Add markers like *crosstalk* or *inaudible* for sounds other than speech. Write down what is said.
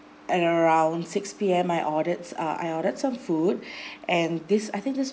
at around six P_M I ordered I ordered some food *breath* and this I think this